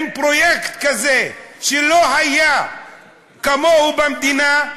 עם פרויקט כזה שלא היה כמוהו במדינה,